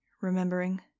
remembering